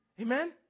Amen